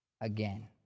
again